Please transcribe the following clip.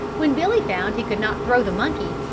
when billy found he could not throw the monkey,